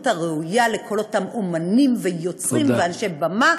הראויה לכל אותם אמנים ויוצרים ואנשי במה,